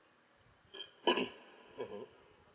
mmhmm